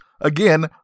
again